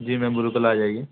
जी ma'am बिलकुल ला जाइए